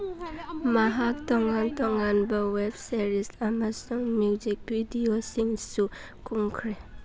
ꯃꯍꯥꯛ ꯇꯣꯡꯉꯥꯟ ꯇꯣꯡꯉꯥꯟꯕ ꯋꯦꯞ ꯁꯦꯔꯤꯁ ꯑꯃꯁꯨꯡ ꯃ꯭ꯌꯨꯖꯤꯛ ꯚꯤꯗꯤꯑꯣꯁꯤꯡꯁꯨ ꯀꯨꯝꯈ꯭ꯔꯦ